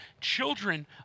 children